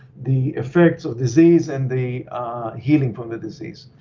the effects of disease and the healing from the disease.